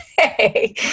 okay